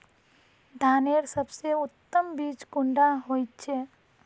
धानेर सबसे उत्तम बीज कुंडा होचए?